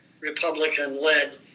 Republican-led